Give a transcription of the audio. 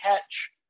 catch